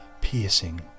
piercing